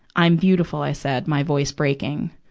i'm beautiful i said, my voice breaking.